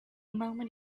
moment